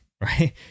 right